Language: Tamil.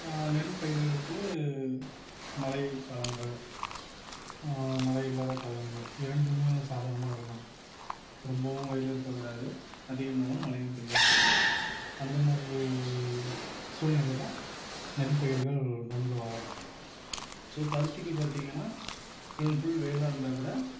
நெல் பயிர்களுக்கு மழைக்காலங்கள் மழை இல்லாத காலங்கள் இரண்டுமே சாதகமாக இருக்கணும் ரொம்பவும் வெயில் இருக்கக்கூடாது அதிகமாவும் மழையும் பெய்யக்கூடாது அந்த மாதிரி சூழ்நிலை தான் நெல் பயிர்கள் நன்கு வளரும் ஸோ பருத்திக்கு பார்த்திங்கன்னா ஃபுல் ஃபுல் வெயிலாக இருந்தாக்கூட